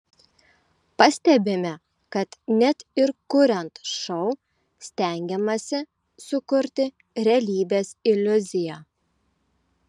pastebime kad net ir kuriant šou stengiamasi sukurti realybės iliuziją